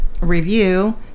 review